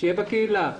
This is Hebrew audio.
שיהיה בקהילה.